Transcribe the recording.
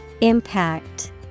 Impact